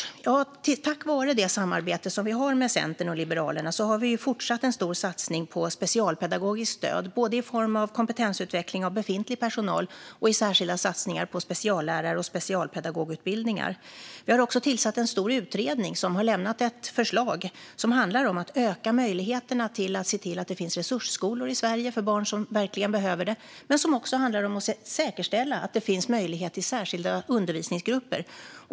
Ja, tack vare det samarbete vi har med Centern och Liberalerna har vi fortsatt en stor satsning på specialpedagogiskt stöd i form av både kompetensutveckling av befintlig personal och särskilda satsningar på speciallärare och specialpedagogutbildningar. Vi har också tillsatt en stor utredning som har lämnat ett förslag som handlar om att öka möjligheterna att se till att det finns resursskolor i Sverige för barn som verkligen behöver det. Det handlar också om att säkerställa att det finns möjlighet till särskilda undervisningsgrupper.